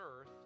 earth